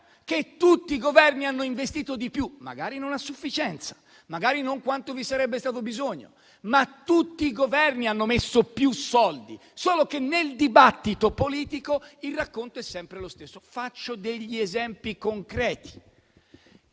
che tutti i Governi hanno investito di più, magari non a sufficienza, magari non quanto vi sarebbe stato bisogno, ma tutti i Governi hanno messo più soldi. Solo che, nel dibattito politico, il racconto è sempre lo stesso. Faccio degli esempi concreti.